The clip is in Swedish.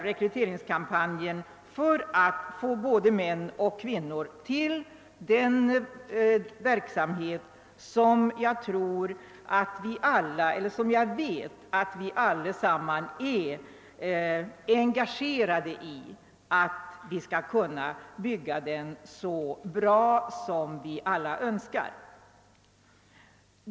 Rekryteringskampanjen måste vända sig till båda könen och jag tror att vi allesamman är intresserade av att denna verksamhet skall utveckla sig så bra som möjligt.